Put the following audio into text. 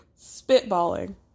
spitballing